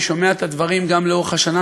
אני שומע את הדברים גם לאורך השנה,